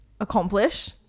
accomplish